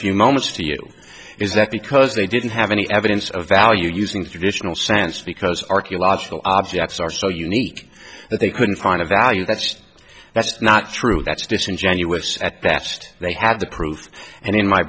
few moments to you is that because they didn't have any evidence of value using the traditional sense because archaeological objects are so unique that they couldn't find a value that's just that's not true that's disingenuous at best they have the proof and in my